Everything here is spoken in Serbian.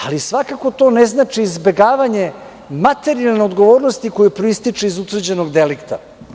Ali, svakako to ne znači izbegavanje materijalne odgovornosti koja proističe iz utvrđenog delikta.